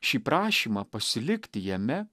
šį prašymą pasilikti jame